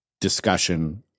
discussion